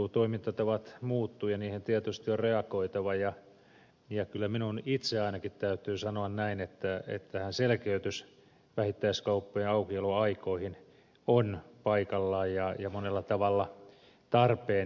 toimintatavat muuttuvat ja niihin tietysti on reagoitava ja kyllä minun itse ainakin täytyy sanoa näin että selkeytys vähittäiskauppojen aukioloaikoihin on paikallaan ja monella tavalla tarpeen